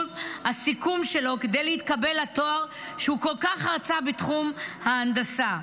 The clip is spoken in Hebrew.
הסיכום שלו כדי להתקבל לתואר שהוא כל כך רצה בתחום ההנדסה.